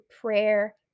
prayer